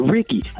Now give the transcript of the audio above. Ricky